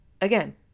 Again